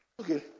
okay